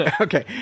okay